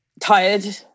Tired